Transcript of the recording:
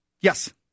Yes